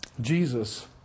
Jesus